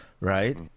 Right